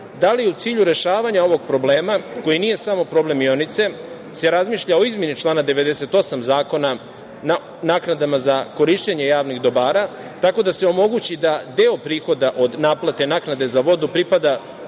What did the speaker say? da li u cilju rešavanja ovog problema, koji nije samo problem Mionice, se razmišlja o izmeni člana 98. Zakona o naknadama za korišćenje javnih dobara tako da se omogući da deo prihoda od naplate naknade za vodu pripada